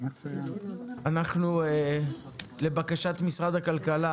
פעלנו לבקשת משרד הכלכלה